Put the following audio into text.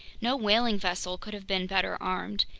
no whaling vessel could have been better armed.